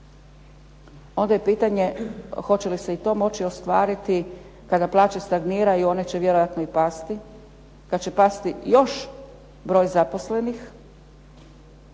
onda je pitanje hoće li se i to moći ostvariti kada plaće stagniraju, one će vjerojatno i pasti, kada će pasti još broj zaposlenih.